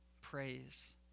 praise